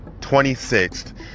26th